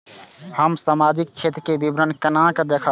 हम सामाजिक क्षेत्र के विवरण केना देखब?